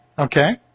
Okay